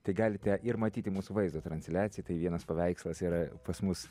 tai galite ir matyti mūsų vaizdo transliaciją tai vienas paveikslas yra pas mus